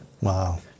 Wow